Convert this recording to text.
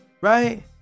right